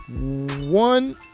One